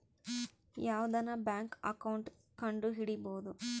ಯಾವ್ದನ bank account ಕಂಡುಹಿಡಿಬೋದು